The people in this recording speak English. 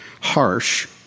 harsh